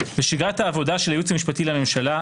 בשגרת העבודה של הייעוץ המשפטי לממשלה,